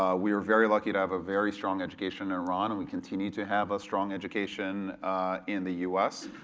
ah we were very lucky to have a very strong education in iran, and we continue to have a strong education in the us.